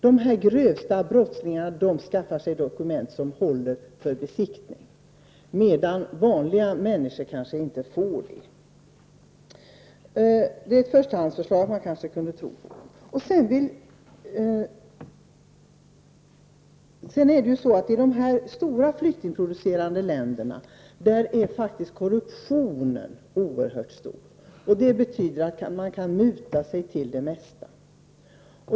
De grövsta brottslingarna skaffar sig dokument som håller för besiktning, medan vanliga människor kanske inte får möjlighet till det. I de stora flyktingproducerande länderna är faktiskt korruptionen oerhört stor. Det betyder att man mutar sig till det mesta.